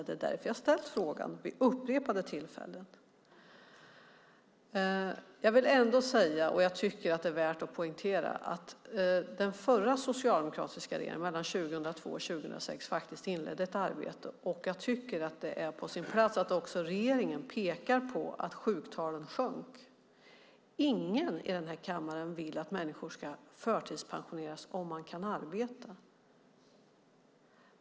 Det är därför jag har ställt frågan vid upprepade tillfällen. Det är värt att poängtera att den förra socialdemokratiska regeringen 2002-2006 inledde ett arbete. Det är på sin plats att regeringen pekar på att sjuktalen sjönk. Ingen i den här kammaren vill att människor ska förtidspensioneras om de kan arbeta.